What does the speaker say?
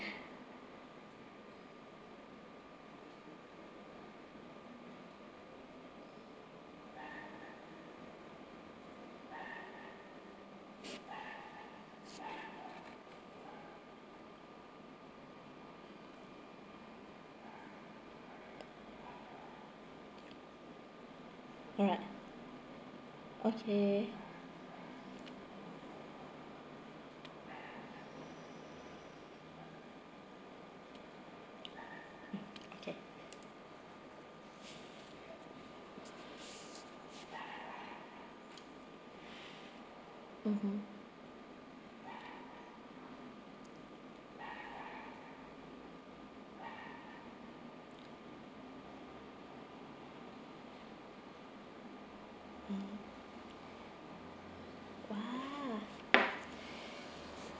alright okay okay mmhmm mmhmm !wah!